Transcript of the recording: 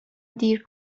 دیر